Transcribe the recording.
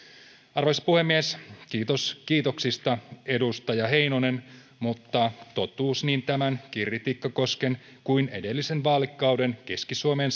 arvoisa puhemies kiitos kiitoksista edustaja heinonen mutta totuus niin tämän kirri tikkakosken kuin edellisellä vaalikaudella keski suomeen